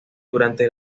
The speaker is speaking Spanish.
durante